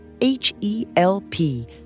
H-E-L-P